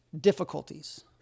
difficulties